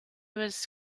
was